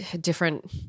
different